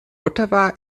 ottawa